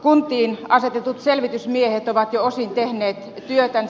kuntiin asetetut selvitysmiehet ovat jo osin tehneet työtänsä